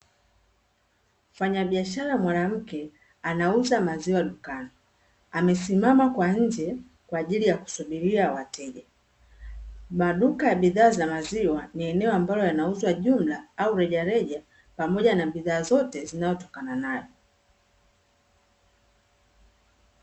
Mfanyabiashara mwanamke anauza maziwa dukani, amesimama kwa nje kwa ajili ya kusubiria wateja. Maduka ya bidhaa za maziwa ni eneo ambalo yanauzwa jumla au rejareja pamoja na bidhaa zote zinazotokana nayo.